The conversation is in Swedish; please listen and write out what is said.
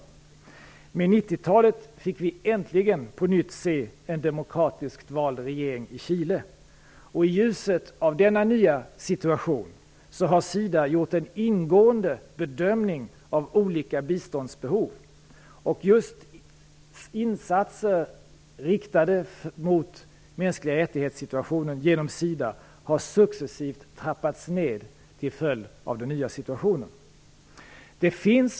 Med 1990-talet fick vi äntligen på nytt se en demokratiskt vald regering i Chile. I ljuset av den nya situationen har SIDA gjort en ingående bedömning av olika biståndsbehov. Just insatser genom SIDA inriktade på mänskliga rättigheter har successivt trappats ned till följd av den nya situationen.